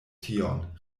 tion